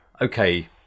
okay